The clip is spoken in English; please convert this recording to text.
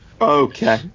Okay